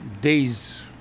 days